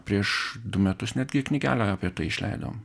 prieš du metus netgi knygelę apie tai išleidom